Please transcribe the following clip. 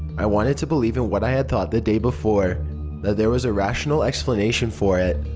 i wanted to believe in what i had thought the day before that there was a rational explanation for it.